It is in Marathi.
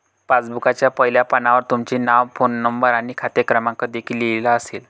पासबुकच्या पहिल्या पानावर तुमचे नाव, फोन नंबर आणि खाते क्रमांक देखील लिहिलेला असेल